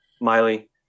Miley